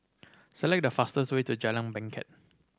select the fastest way to Jalan Bangket